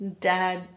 Dad